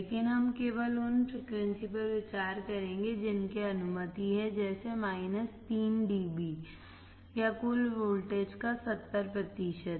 लेकिन हम केवल उन फ्रीक्वेंसी पर विचार करेंगे जिनकी अनुमति है जैसे 3 dB या कुल वोल्टेज का 70 प्रतिशत